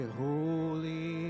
holy